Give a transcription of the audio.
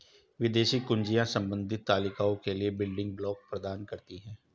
विदेशी कुंजियाँ संबंधित तालिकाओं के लिए बिल्डिंग ब्लॉक प्रदान करती हैं